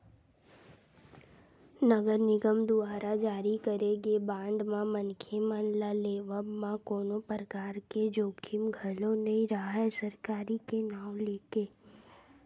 नगर निगम दुवारा जारी करे गे बांड म मनखे मन ल लेवब म कोनो परकार के जोखिम घलो नइ राहय सरकारी के नांव लेके